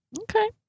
Okay